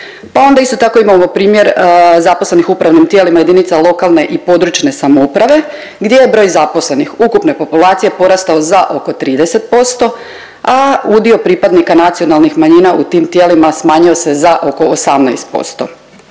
Pa onda isto tako imamo primjer zaposlenih u upravnim tijelima jedinica lokalne i područne samouprave gdje je broj zaposlenih ukupne populacije porastao za oko 30%, a udio pripadnika nacionalnih manjina u tim tijelima smanjio se za 18%